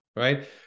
right